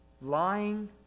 lying